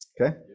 Okay